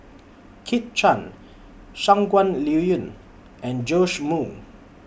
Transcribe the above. Kit Chan Shangguan Liuyun and Joash Moo